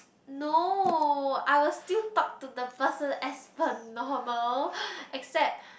no I will still talk to the person as per normal except